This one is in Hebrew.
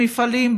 מפעלים,